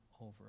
over